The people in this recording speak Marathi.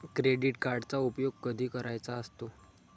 क्रेडिट कार्डचा उपयोग कधी करायचा असतो?